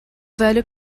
velho